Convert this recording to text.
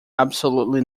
absolutely